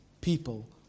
people